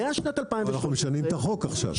מאז שנת 2013. אבל אנחנו משנים את החוק עכשיו,